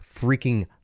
freaking